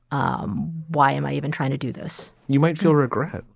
um why am i even trying to do this? you might feel regret.